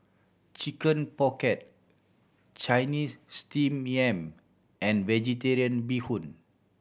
Chicken Pocket Chinese Steamed Yam and Vegetarian Bee Hoon